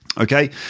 Okay